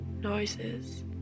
noises